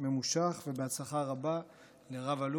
ובהצלחה רבה לרב-אלוף הרצי הלוי.